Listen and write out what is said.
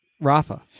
Rafa